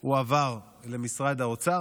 הוא עבר למשרד האוצר,